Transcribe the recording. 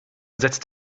setzt